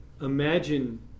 imagine